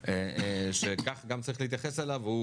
הממ"מ, שכך צריך להתייחס אליו.